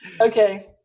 Okay